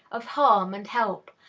of harm and help,